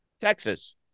Texas